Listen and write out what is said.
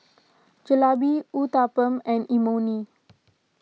Jalebi Uthapam and Imoni